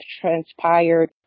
transpired